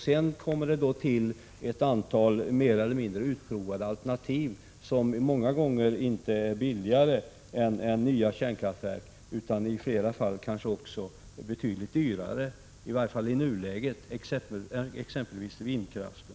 Sedan kommer det till ett antal mer eller mindre utprovade alternativ, som många gånger inte är billigare än nya kärnkraftverk utan i flera fall kanske betydligt dyrare, i varje fall i nuläget. Jag tänker exempelvis på vindkraften.